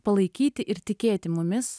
palaikyti ir tikėti mumis